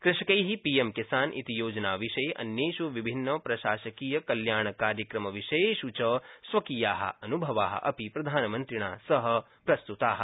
कृषकै पीएम किसान इति योजना विषये अन्येष् विभिन्नप्रशासकीयकल्याणकार्यक्रमविषयेष् च स्वकीया अुनभवा अपि प्रधानमन्त्रिणा सह प्रस्त्ता